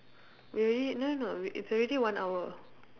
we already no no no we it's already one hour